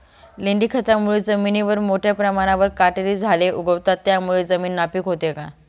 लेंडी खतामुळे जमिनीवर मोठ्या प्रमाणावर काटेरी झाडे उगवतात, त्यामुळे जमीन नापीक होते का?